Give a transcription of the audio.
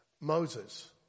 Moses